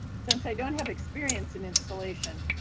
since i don't have experience in installation,